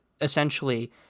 essentially